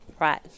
Right